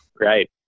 Right